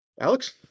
Alex